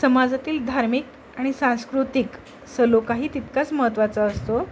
समाजातील धार्मिक आणि सांस्कृतिक सलोखाही तितकाच महत्त्वाचा असतो